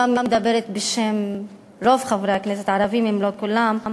מדברת בשם רוב חברי הכנסת הערבים אם לא כולם,